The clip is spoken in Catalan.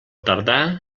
tardà